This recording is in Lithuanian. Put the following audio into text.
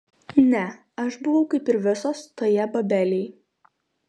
ne aš buvau kaip ir visos toje babelėj